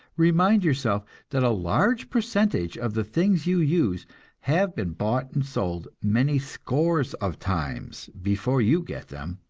remind yourself that a large percentage of the things you use have been bought and sold many scores of times before you get them.